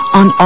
on